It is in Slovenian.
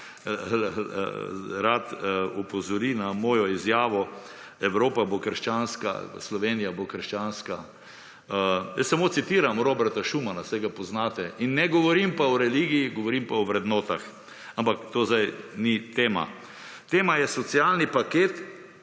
rad opozori na mojo izjavo: »Evropa bo krščanska, Slovenija bo krščanska.« Jaz samo citiram Roberta Šumana, saj ga poznate. In ne govorim pa o religiji, govorim pa o vrednotah. Ampak to zdaj ni tema. Tema je socialni paket